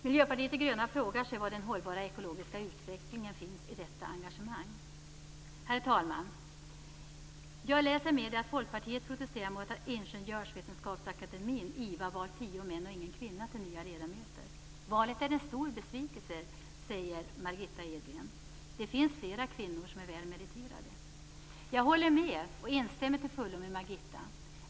Miljöpartiet de gröna frågar sig var den hållbara ekologiska utvecklingen finns i detta engagemang. Herr talman! Jag läser i medierna att Folkpartiet protesterar mot att Ingenjörsvetenskapsakademien, - Valet är en stor besvikelse. Det finns flera kvinnor som är väl meriterade. Detta säger Margitta Edgren, och jag instämmer till fullo med henne.